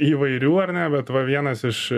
įvairių ar ne bet va vienas iš